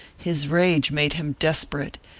his rage made him desperate,